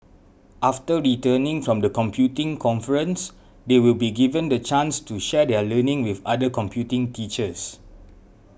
after returning from the computing conference they will be given the chance to share their learning with other computing teachers